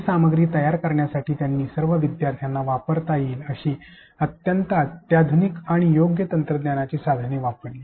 ही सामग्री तयार करण्यासाठी त्यांनी सर्व विद्यार्थ्यांना वापरता येईल अशी अत्यंत अत्याधुनिक आणि योग्य तंत्रज्ञानाची साधने वापरली